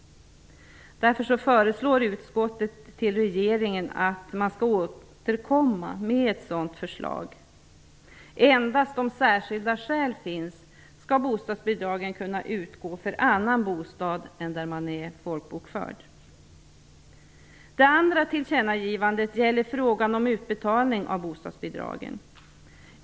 Därför föreslår utskottet att regeringen skall återkomma med ett sådant förslag. Endast om särskilda skäl finns skall bostadsbidrag kunna utgå för annan bostad än den där man är folkbokförd. Det andra tillkännagivandet gäller frågan om utbetalning av bostadsbidragen.